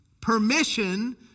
permission